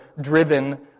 driven